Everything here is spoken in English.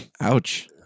Ouch